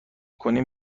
کنیم